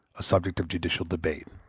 a subject of judicial debate